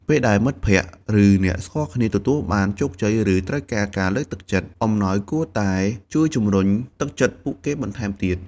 ពេលដែលមិត្តភក្តិ ឬអ្នកស្គាល់គ្នាទទួលបានជោគជ័យ ឬត្រូវការការលើកទឹកចិត្ត អំណោយគួរតែជួយជំរុញទឹកចិត្តពួកគេបន្ថែមទៀត។